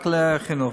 רק במוסדות חינוך.